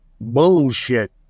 Bullshit